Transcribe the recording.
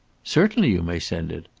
certainly you may send it.